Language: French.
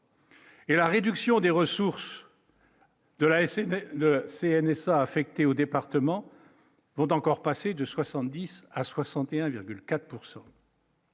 Et la réduction des ressources. De laisser le CNS a affecté au département vont encore passer de 70 à 61,4